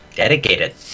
Dedicated